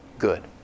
Good